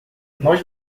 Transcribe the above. nós